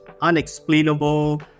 unexplainable